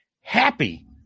happy